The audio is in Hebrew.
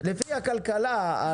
לפי הכלכלה הנקייה.